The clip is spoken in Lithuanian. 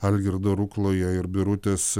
algirdo rukloje ir birutės